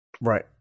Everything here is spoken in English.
Right